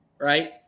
Right